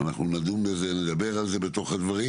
אנחנו נדון בזה, נדבר על זה בתוך הדברים